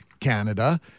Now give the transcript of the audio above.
Canada